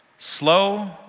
Slow